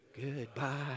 goodbye